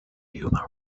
human